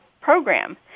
program